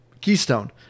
keystone